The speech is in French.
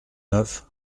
neuf